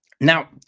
Now